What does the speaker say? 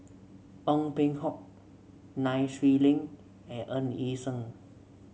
Ong Peng Hock Nai Swee Leng and Ng Yi Sheng